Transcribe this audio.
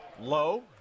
Low